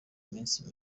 minsi